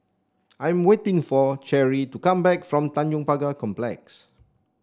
I'm waiting for Cheri to come back from Tanjong Pagar Complex